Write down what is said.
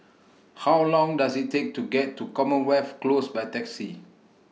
How Long Does IT Take to get to Commonwealth Close By Taxi